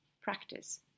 practice